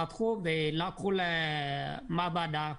פתחו ולקחו למעבדה.